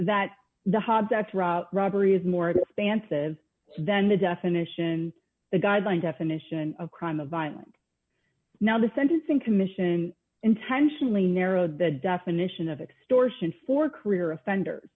hobbs that robbery is more expansive than the definition the guideline definition of crime a violent now the sentencing commission intentionally narrowed the definition of extortion for career offenders